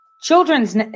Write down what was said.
Children's